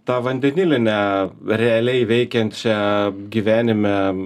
tą vandenilinę realiai veikiančią gyvenime